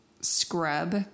scrub